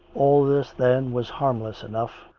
all this, then, was harmless enough.